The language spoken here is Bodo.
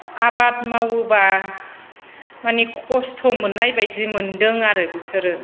आबाद मावोबा मानि खस्थ' मोननाय बायदि मोनदों आरो बिसोरो